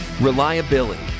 Reliability